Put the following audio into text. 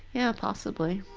yeah, possibly.